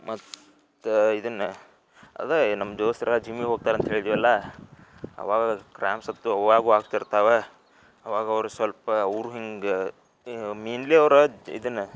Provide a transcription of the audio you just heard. ಮತ್ತು ಇದನ್ನು ಅದೇ ಏ ನಮ್ಮ ದೋಸ್ತ್ರು ಜಿಮ್ಮಿಗೆ ಹೋಗ್ತಾರೆ ಅಂತ ಹೇಳಿದ್ವಿ ಅಲ್ವಾ ಅವಾಗ ಕ್ರ್ಯಾಂಪ್ಸ್ ಅಂತೂ ಅವಾಗೂ ಆಗ್ತಿರ್ತಾವೆ ಅವಾಗ ಅವರು ಸ್ವಲ್ಪ ಅವರು ಹಿಂಗೆ ಮೇಯ್ನ್ಲಿ ಅವ್ರು ಇದನ್ನು